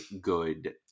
good